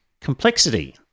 complexity